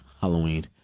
Halloween